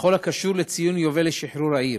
בכל הקשור לציון יובל לשחרור העיר.